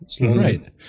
Right